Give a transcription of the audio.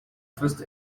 first